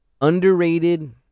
Underrated